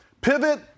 Pivot